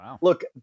Look